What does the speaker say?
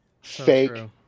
Fake